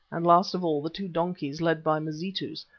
and last of all the two donkeys led by mazitus,